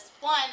one